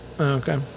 Okay